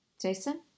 Jason